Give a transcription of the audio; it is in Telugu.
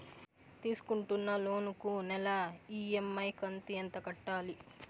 తీసుకుంటున్న లోను కు నెల ఇ.ఎం.ఐ కంతు ఎంత కట్టాలి?